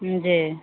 जी